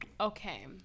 Okay